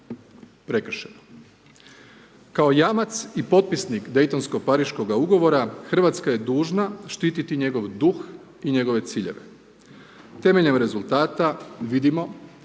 prekršeno. Kao jamac i potpisnik daytonsko-pariškoga ugovora, Hrvatska je dužna štititi njegov duh i njegove ciljeve. Temeljem rezultata vidimo